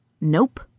Nope